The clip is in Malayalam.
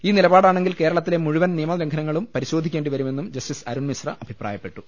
ഈ നിലപാടാണെങ്കിൽ കേരളത്തിലെ മുഴുവൻ നിയമലംഘനങ്ങളും പരിശോധിക്കേണ്ടി വരുമെന്നും ജസ്റ്റിസ് അരുൺ മിശ്ര അഭിപ്രായപ്പെട്ടു